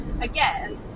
again